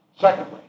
Secondly